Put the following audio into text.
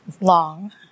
long